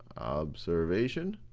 observation.